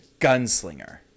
gunslinger